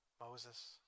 Moses